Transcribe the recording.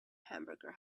hamburger